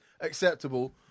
acceptable